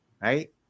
right